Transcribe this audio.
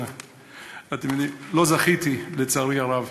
לא זכיתי, לצערי הרב,